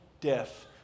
death